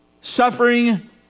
suffering